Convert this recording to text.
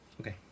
Okay